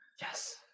Yes